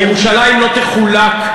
ירושלים לא תחולק.